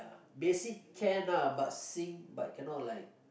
basic can ah but sing but cannot like